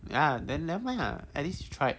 ya then nevermind lah at least you try